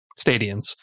stadiums